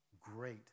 great